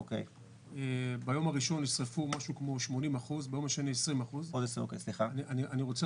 ביום הראשון נשרפו כ-80% וביום השני 20%. אני רוצה